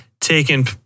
taken